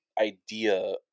idea